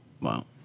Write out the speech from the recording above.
Wow